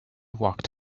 walked